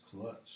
clutch